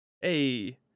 Hey